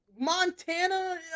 Montana